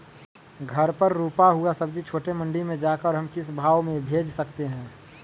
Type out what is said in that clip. घर पर रूपा हुआ सब्जी छोटे मंडी में जाकर हम किस भाव में भेज सकते हैं?